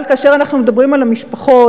אבל כאשר אנחנו מדברים על המשפחות,